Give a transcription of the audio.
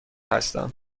هستم